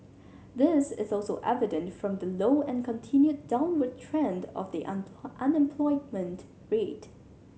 this is also evident from the low and continued downward trend of the unemployment rate